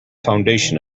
foundation